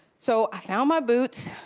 so i found my boots,